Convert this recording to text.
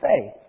Faith